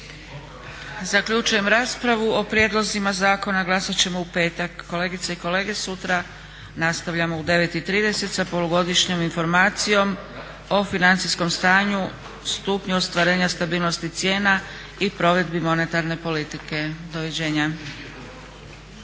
Zaključujem raspravu. O prijedlozima zakona glasat ćemo u petak. Kolegice i kolege, sutra nastavljamo u 9,30 sa Polugodišnjom informacijom o financijskom stanju, stupnju ostvarenja stabilnosti cijena i provedbi monetarne politike. Doviđenja!